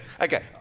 okay